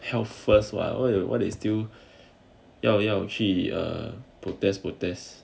health first [what] what you what they still 要不要去 err protests protests